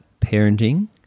parenting